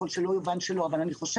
שלא אובן שאני לא בעד החוק אבל אני חושבת